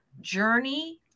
journey